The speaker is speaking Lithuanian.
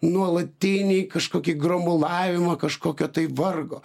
nuolatinį kažkokį gromulavimą kažkokio tai vargo